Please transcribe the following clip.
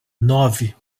nove